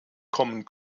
kommen